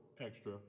Extra